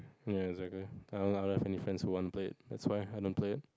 ya exactly I don't know I don't have any friends who want play that's why I don't play